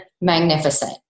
magnificent